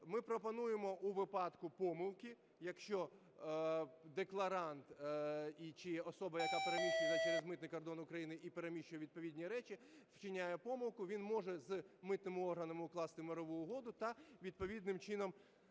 ми пропонуємо у випадку помилки, якщо декларант чи особа, яка переміщена через митний кордон України і переміщує відповідні речі, вчиняє помилку, він може з митними органами укласти мирову угоду та відповідним чином